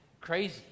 crazy